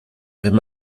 wenn